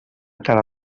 cara